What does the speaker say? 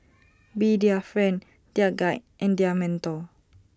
be their friend their guide and their mentor